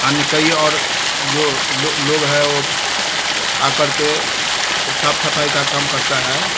अन्य कई और जो लोग लोग है और आ कर के साफ़ सफ़ाई का काम करते हैं